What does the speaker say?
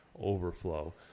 overflow